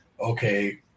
okay